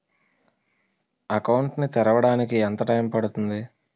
Account ను తెరవడానికి ఎంత టైమ్ పడుతుంది?